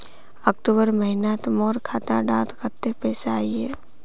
अक्टूबर महीनात मोर खाता डात कत्ते पैसा अहिये?